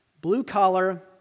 blue-collar